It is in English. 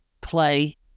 play